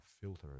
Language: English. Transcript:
filter